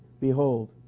Behold